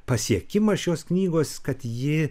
pasiekimas šios knygos kad ji